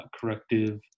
corrective